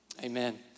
amen